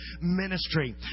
ministry